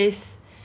we never go